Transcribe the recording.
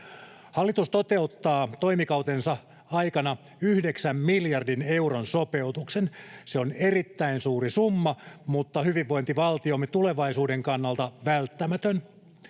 Hallitus toteuttaa toimikautensa aikana yhdeksän miljardin euron sopeutuksen. Se on erittäin suuri summa, mutta hyvinvointivaltiomme tulevaisuuden kannalta välttämätön.